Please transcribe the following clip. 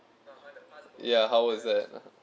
ya how was that